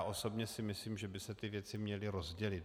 Osobně si myslím, že by se ty věci měly rozdělit.